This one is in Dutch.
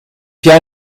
jij